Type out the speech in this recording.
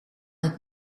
het